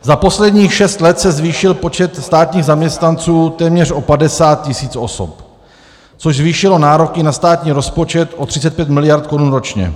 Za posledních šest let se zvýšil počet státních zaměstnanců téměř o 50 tisíc osob, což zvýšilo nároky na státní rozpočet o 35 miliard korun ročně.